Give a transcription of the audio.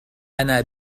أنا